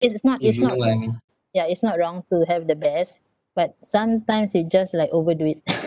it's not it's not ya it's not wrong to have the best but sometimes they just like overdo it